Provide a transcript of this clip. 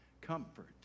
Comfort